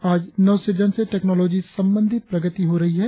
आज नवसृजन से टैक्नोलोजी संबधी प्रगति हो रही है